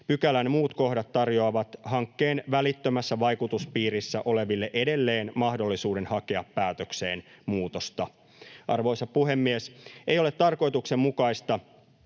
Pykälän muut kohdat tarjoavat hankkeen välittömässä vaikutuspiirissä oleville edelleen mahdollisuuden hakea päätökseen muutosta. Arvoisa puhemies! Ei ole tarkoituksenmukaista